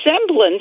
semblance